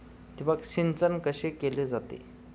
ठिबक सिंचन कसे केले जाते?